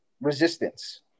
resistance